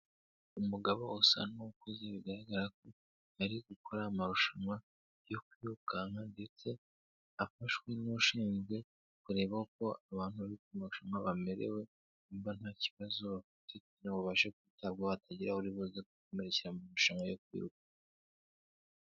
Umugabo usa n'ukuze bigaragara ko ari gukora amarushanwa yo kwirukanka ndetse afashwe n'ushinzwe kureba uko abantu bari mu marushanwa bamerewe niba nta kibazo bafite babashe kwitabwaho hatagira uribuze gukomerekera mu marushanwa yo kwibuka.